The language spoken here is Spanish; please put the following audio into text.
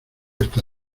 esta